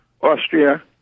Austria